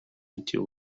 until